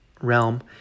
realm